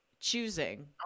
Choosing